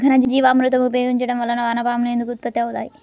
ఘనజీవామృతం ఉపయోగించటం వలన వాన పాములు ఎందుకు ఉత్పత్తి అవుతాయి?